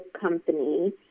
company